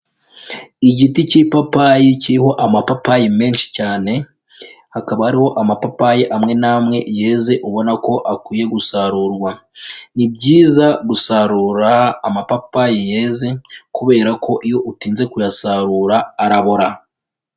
Igiti cy'ipapayi kiriho amapapayi menshi cyane, hakaba hariho amapapayi amwe n'amwe yeze ubona ko akwiye gusarurwa. Ni byiza gusarura amapapayi yeze kubera ko iyo utinze kuyasarura arabora.